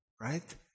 right